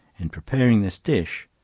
in preparing this dish,